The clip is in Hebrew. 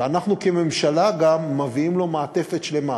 ואנחנו כממשלה גם מביאים לו מעטפת שלמה,